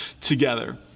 together